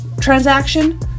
transaction